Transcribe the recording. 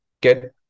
get